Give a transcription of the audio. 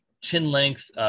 chin-length